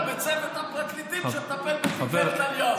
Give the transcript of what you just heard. בצוות הפרקליטים שמטפל בתיקי נתניהו?